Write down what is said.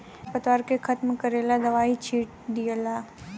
खर पतवार के खत्म करेला दवाई छिट दियाला